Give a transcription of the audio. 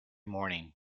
morning